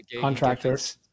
contractors